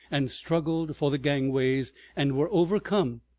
and struggled for the gangways and were overcome,